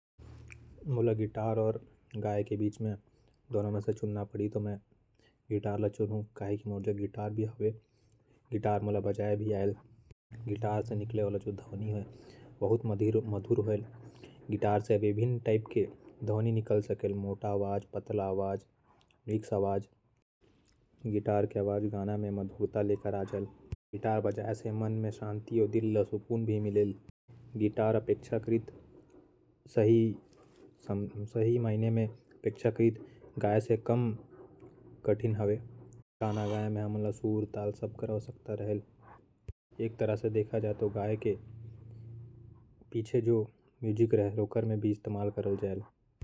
गिटार और गाना ल चुनना पढ़ी तो मैं गिटार ल चुनना पसंद कर हु। कहे कि मोर पास गिटार भी है और गिटार ल बजाना पसन्द भी है। गिटार बजाए से मन में सुकून मिल जायल। और गाना से ज्यादा आसना है।